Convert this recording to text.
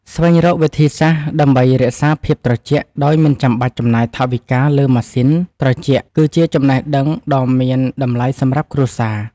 ស្វែងរកវិធីសាស្ត្រដើម្បីរក្សាភាពត្រជាក់ដោយមិនចាំបាច់ចំណាយថវិកាលើម៉ាស៊ីនត្រជាក់គឺជាចំណេះដឹងដ៏មានតម្លៃសម្រាប់គ្រួសារ។